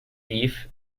beef